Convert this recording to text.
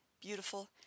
beautiful